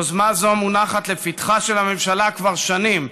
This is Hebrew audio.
יוזמה זו מונחת לפתחה של הממשלה כבר שנים.